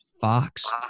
Fox